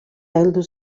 heldu